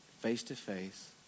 Face-to-face